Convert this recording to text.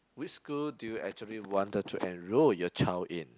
which school do you actually wanted to enroll your child in